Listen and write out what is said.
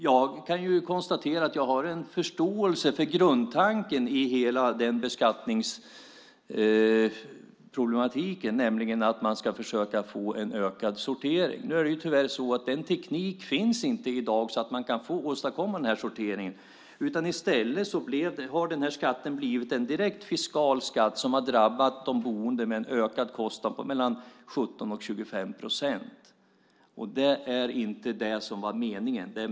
Jag kan konstatera att jag har förståelse för grundtanken i hela beskattningsproblematiken, nämligen att man ska försöka få en ökad sortering. Med den teknik som finns i dag kan man tyvärr inte åstadkomma denna sortering. Skatten har i stället blivit en direkt fiskal skatt som drabbar de boende med en ökad kostnad på mellan 17 och 25 procent. Det var inte det som var meningen.